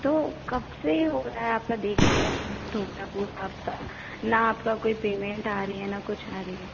तो कब से हो रा है आपका देख रहे मंथ हो गया पूरा आपका ना आपका कोई पेमेन्ट आ रही है न कुछ आ रही है